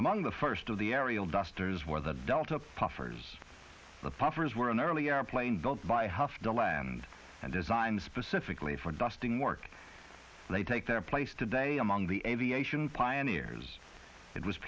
among the first of the aerial dusters where the delta puffers the puffers were an early airplane built by half the land and designed specifically for dusting work they take their place today among the aviation pioneers it was